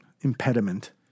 impediment